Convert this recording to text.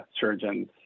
surgeons